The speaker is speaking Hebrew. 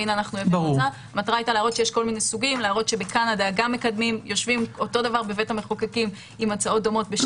להראות שבקנדה יושבים בבית המחוקקים עם הצעות דומות.